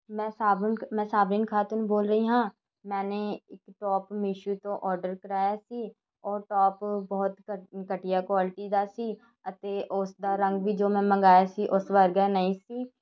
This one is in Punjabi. ਮੈਂ ਸਾਬਨ ਮੈਂ ਸਾਬਿਨ ਖਾਤਿਨ ਬੋਲ ਰਹੀ ਹਾਂ ਮੈਨੇ ਇੱਕ ਟੋਪ ਮਿਸ਼ੋ ਤੋਂ ਔਡਰ ਕਰਾਇਆ ਸੀ ਉਹ ਟੋਪ ਬਹੁਤ ਘ ਘਟੀਆ ਕੁਆਲਿਟੀ ਦਾ ਸੀ ਅਤੇ ਉਸ ਦਾ ਰੰਗ ਵੀ ਜੋ ਮੈਂ ਮੰਗਾਇਆ ਸੀ ਉਸ ਵਰਗਾ ਨਹੀਂ ਸੀ